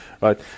right